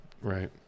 Right